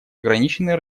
ограничены